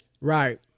Right